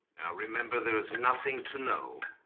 remember there is nothing to know